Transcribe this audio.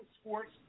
sports